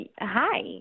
hi